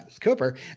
Cooper